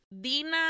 Dina